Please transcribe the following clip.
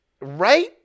right